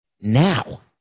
now